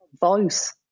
voice